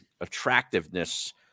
attractiveness